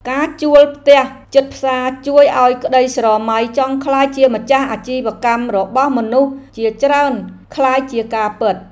ការជួលផ្ទះជិតផ្សារជួយឱ្យក្តីស្រមៃចង់ក្លាយជាម្ចាស់អាជីវកម្មរបស់មនុស្សជាច្រើនក្លាយជាការពិត។